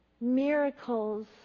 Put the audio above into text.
Miracles